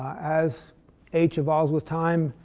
as h evolves with time,